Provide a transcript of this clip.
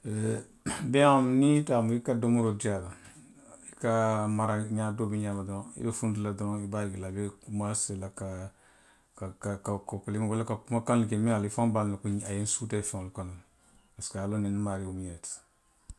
Eee beeyaŋolu niŋ i taamu i ka domoroo dii a la. maralaňaa doo ňaama doroŋ, i be a je la a be kumaasee la ka, ka, ka kokulee, walalla ka kumakaŋolu ke minnu ye a loŋ ko i faŋo be a loŋ na le ko ňiŋ a ye nsuutee feŋolu kono le parisiko a ye a loŋ nbe nmaario mu ňiŋ ne ti.